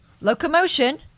Locomotion